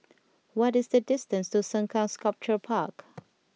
what is the distance to Sengkang Sculpture Park